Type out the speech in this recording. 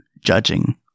judging